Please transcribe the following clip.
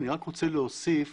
אני רק רוצה להוסיף